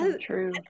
True